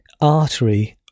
artery